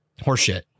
horseshit